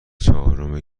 چهارم